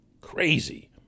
crazy